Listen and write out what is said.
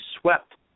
swept